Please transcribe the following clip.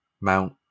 Mount